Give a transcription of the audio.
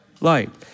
Light